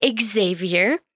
Xavier